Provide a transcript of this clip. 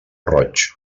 roig